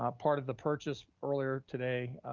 ah part of the purchase earlier today,